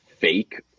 fake